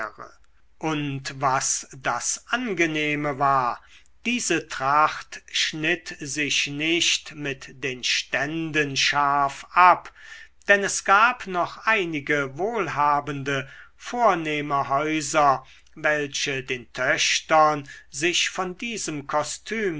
und was das angenehme war diese tracht schnitt sich nicht mit den ständen scharf ab denn es gab noch einige wohlhabende vornehme häuser welche den töchtern sich von diesem kostüm